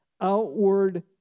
outward